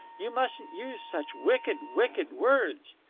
you mustn't use such wicked, wicked words.